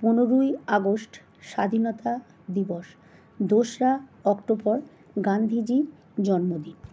পনেরোই আগস্ট স্বাধীনতা দিবস দোসরা অক্টোবর গান্ধীজির জন্মদিন